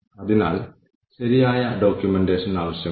അവർ എത്ര പുതുമയുള്ളവരാണ്